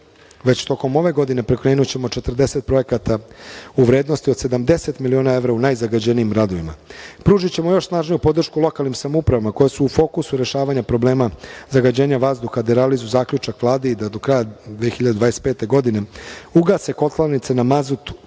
Već tokom ove godine pokrenućemo 40 projekata u vrednosti od 70 miliona evra u najzagađenijim gradovima. Pružićemo još snažniju podršku lokalnim samoupravama koje su u fokusu rešavanja problema zagađenja vazduha, da realizuje zaključak Vlade i da do kraja 2025. godine ugase kotlarnice na mazut,